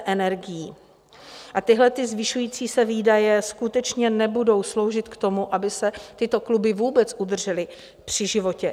A tyhlety zvyšující se výdaje skutečně nebudou sloužit k tomu, aby se tyto kluby vůbec udržely při životě.